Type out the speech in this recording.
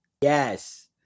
yes